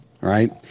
right